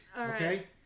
Okay